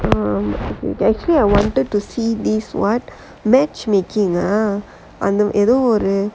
actually I wanted to see this what matchmaking ah on them you know leh